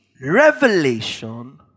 revelation